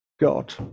God